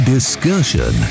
Discussion